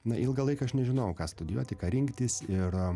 na ilgą laiką aš nežinojau ką studijuoti ką rinktis ir